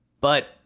But-